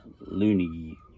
loony